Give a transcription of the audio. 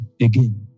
again